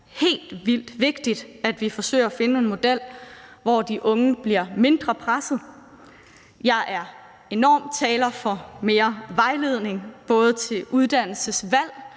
helt vildt vigtigt, at vi forsøger at finde en model, hvor de unge bliver mindre presset. Jeg er en enormt stor fortaler for mere vejledning til uddannelsesvalg,